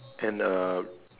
and uh